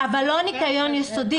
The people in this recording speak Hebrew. לא ניקיון יסודי.